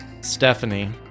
Stephanie